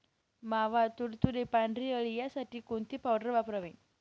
मावा, तुडतुडे, पांढरी अळी यासाठी कोणती पावडर वापरावी?